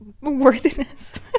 worthiness